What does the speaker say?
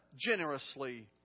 Generously